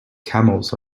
camels